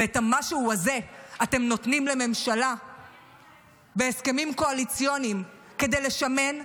ואת המשהו הזה אתם נותנים לממשלה בהסכמים קואליציוניים כדי לשמן,